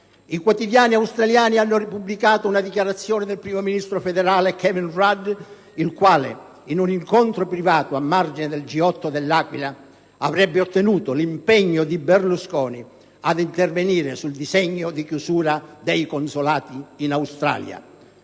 I quotidiani australiani hanno pubblicato una dichiarazione del primo ministro federale Kevin Rudd, il quale, in un incontro privato a margine del G8 dell'Aquila, avrebbe ottenuto l'impegno di Berlusconi ad intervenire sul disegno di chiusura dei consolati in Australia.